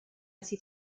así